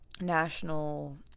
national